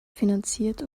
finanziert